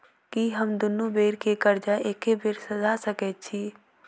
की हम दुनू बेर केँ कर्जा एके बेर सधा सकैत छी?